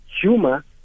Humor